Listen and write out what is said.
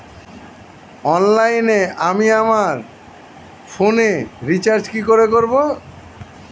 অনলাইনে আমি আমার ফোনে রিচার্জ কিভাবে করব?